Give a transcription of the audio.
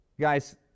guys